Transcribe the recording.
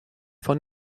von